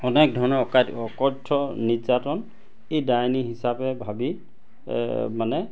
অনেক ধৰণৰ অকথ্য নিৰ্যাতন ই ডাইনী হিচাপে ভাবি মানে